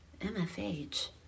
MFH